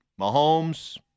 Mahomes